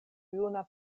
juna